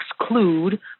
exclude